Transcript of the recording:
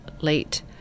late